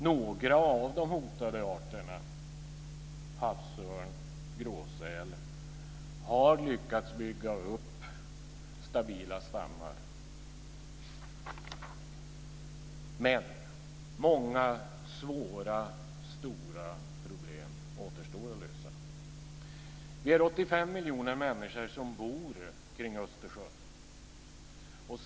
Några av de hotade arterna, havsörn och gråsäl, har lyckats bygga upp stabila stammar. Men många svåra och stora problem återstår att lösa. Vi är 85 miljoner människor som bor kring Östersjön.